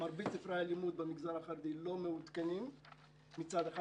מרבית ספרי הלימוד במגזר החרדי לא מעודכנים מצד אחד,